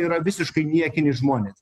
yra visiškai niekiniai žmonės